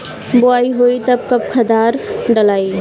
बोआई होई तब कब खादार डालाई?